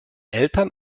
eltern